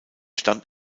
stammt